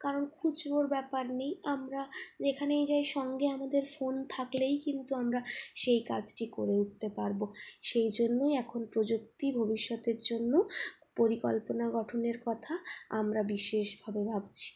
কারণ খুচরোর ব্যাপার নেই আমরা যেখানেই যাই সঙ্গে আমাদের ফোন থাকলেই কিন্তু আমরা সেই কাজটি করে উঠতে পারবো সেইজন্যই এখন প্রযুক্তি ভবিষ্যতের জন্য পরিকল্পনা গঠনের কথা আমরা বিশেষভাবে ভাবছি